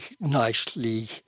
nicely